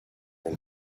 and